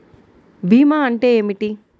భీమా అంటే ఏమిటి?